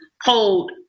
hold